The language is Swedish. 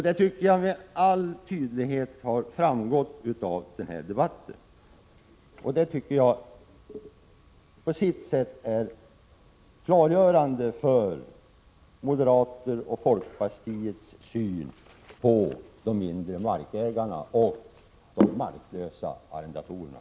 Det har med all tydlighet framgått av dagens debatt, och det klargör moderaters och folkpartisters syn på de mindre markägarna och de marklösa arrendatorerna.